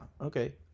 Okay